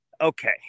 Okay